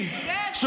כל מה שזורקים,